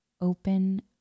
open